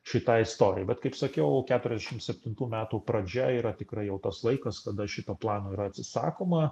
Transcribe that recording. šitai istorijai bet kaip sakiau keturiasdešim septintų metų pradžia yra tikrai jau tas laikas kada šito plano yra atsisakoma